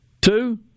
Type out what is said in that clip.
Two